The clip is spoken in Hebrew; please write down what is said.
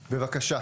בבקשה.